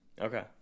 Okay